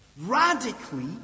radically